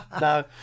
no